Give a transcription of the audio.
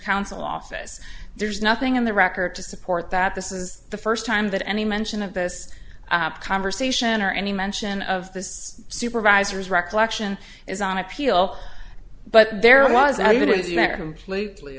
council office there's nothing in the record to support that this is the first time that any mention of this conversation or any mention of this supervisor's recollection is on appeal but there was